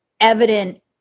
evident